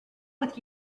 with